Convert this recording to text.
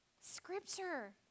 Scripture